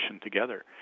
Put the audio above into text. together